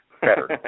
Better